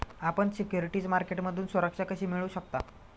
आपण सिक्युरिटीज मार्केटमधून सुरक्षा कशी मिळवू शकता?